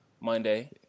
Monday